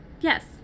yes